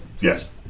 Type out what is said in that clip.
Yes